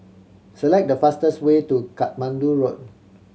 select the fastest way to Katmandu Road